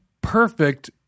perfect